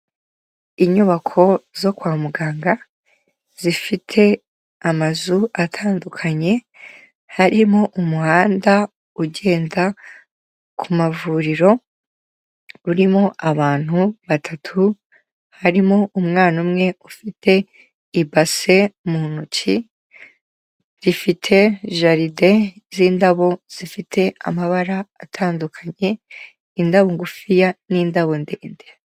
Inyubako zo kwa muganga zifite amazu atandukanye, harimo umuhanda ugenda ku mavuriro urimo abantu batatu, harimo umwana umwe ufite ibase mu ntoki, rifite jaride z'indabo zifite amabara atandukanye, indabo ngufiya n'indabo ndende.